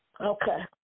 Okay